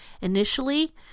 Initially